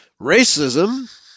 Racism